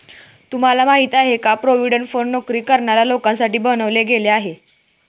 तुम्हाला माहिती आहे का? प्रॉव्हिडंट फंड नोकरी करणाऱ्या लोकांसाठी बनवले गेले आहे